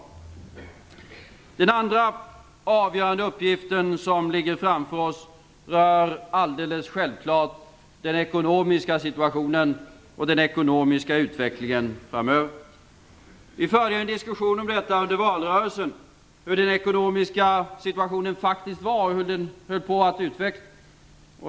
Den andra avgörande uppgift som ligger framför oss rör alldeles självklart den ekonomiska situationen och den ekonomiska utvecklingen framöver. Vi förde under valrörelsen en diskussion om hur den ekonomiska situationen faktiskt var och hur den höll på att utvecklas.